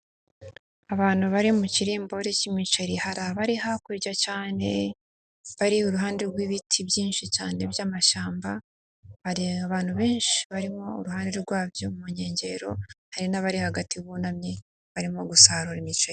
Abantu bari mu kirimburi cy'imiceri, hari abari hakurya cyane bari iruhande rw'ibiti byinshi cyane by'amashyamba, hari abantu benshi barimo uruhare rwabyo mu nkengero, hari n'abari hagati bunamye barimo gusarura imiceri.